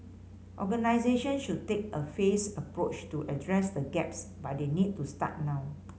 organisation should take a phased approach to address the gaps but they need to start now